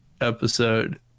episode